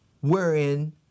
wherein